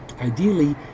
ideally